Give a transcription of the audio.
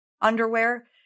underwear